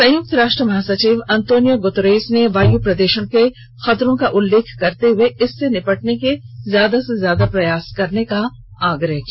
संयुक्त राष्ट्र महासचिव अन्तोनियो गुतेरेस ने वायु प्रद्षण के खतरों का उल्लेख करते हुए इससे निपटने के ज्यादा से ज्यादा प्रयास करने का आग्रह किया